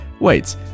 wait